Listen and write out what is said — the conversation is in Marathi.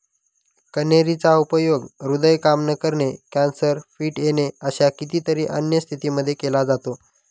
कन्हेरी चा उपयोग हृदय काम न करणे, कॅन्सर, फिट येणे अशा कितीतरी अन्य स्थितींमध्ये केला जातो